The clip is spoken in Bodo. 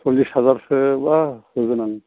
सल्लिस हाजारसोबा होगोन आं